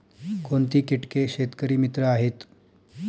कोणती किटके शेतकरी मित्र आहेत?